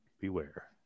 Beware